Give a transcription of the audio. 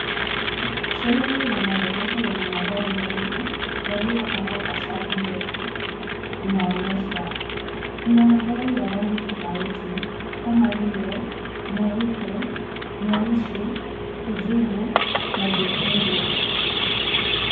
Sehemu ya maegesho yenye magari mengi, yaliyopangwa kwa savu ndefu inaonyeshwa. Kuna magari ya rangi tofauti kama vile meupe , meusi, kijivu na jekundu.